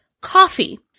coffee